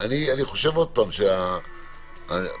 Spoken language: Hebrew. צריך